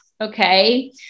Okay